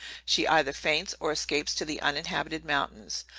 she either faints, or escapes to the uninhabited mountains,